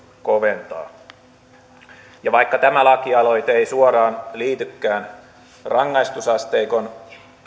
koventaa vaikka tämä lakialoite ei suoraan liitykään rangaistusasteikon